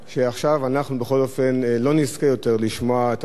מעכשיו אנחנו בכל אופן לא נזכה יותר לשמוע את הדברים,